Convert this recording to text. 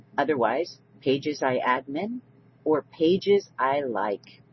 otherwise pages i admin or pages i like.